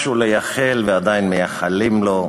משהו לייחל לו, ועדיין מייחלים לו,